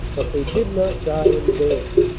but they did not die in vain.